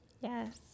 Yes